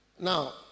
Now